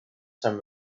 some